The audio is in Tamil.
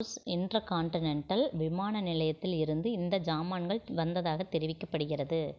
புஷ் இன்டர்காண்டினென்டல் விமான நிலையத்தில் இருந்து இந்த ஜாமான்கள் வந்ததாகத் தெரிவிக்கப்படுகிறது